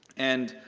and